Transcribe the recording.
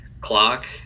clock